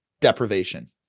deprivation